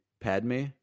Padme